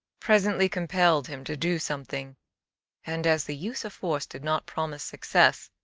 presently compelled him to do something and as the use of force did not promise success,